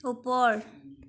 ওপৰ